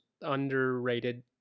underrated